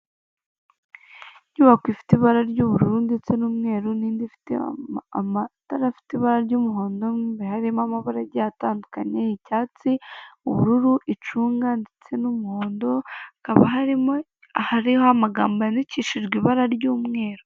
Inyubako ifite ibara ry'ubururu ndetse n'umweru n'indi ifite amatara afite ibara ry'umuhondo, mo imbere harimo amaragi atandukanye icyatsi ubururu, icunga ndetse n'umuhondo, hakaba harimo ahariho amagambo yandikishijwe ibara ry'umweru.